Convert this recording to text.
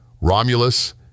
Romulus